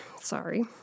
sorry